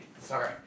Sorry